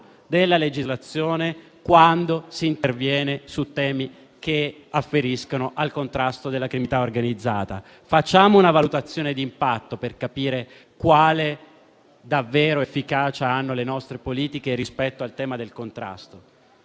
della legislazione quando si interviene su temi che afferiscono al contrasto alla criminalità organizzata. Facciamo una valutazione d'impatto per capire quale efficacia hanno le nostre politiche rispetto al tema del contrasto.